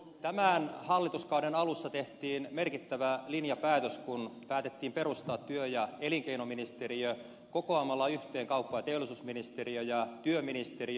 tämän hallituskauden alussa tehtiin merkittävä linjapäätös kun päätettiin perustaa työ ja elinkeinoministeriö kokoamalla yhteen kauppa ja teollisuusministeriö ja työministeriö